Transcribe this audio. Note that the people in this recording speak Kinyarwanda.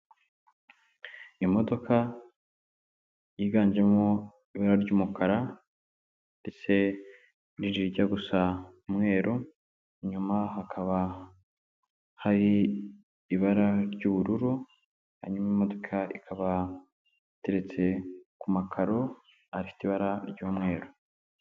Imodoka yiganjemo ibara ry'umukara ndetse n'irijya gusa umweru, inyuma hakaba hari ibara ry'ubururu. Hanyuma imodoka ikaba iteretse ku makaro afite ibara ry'umweru.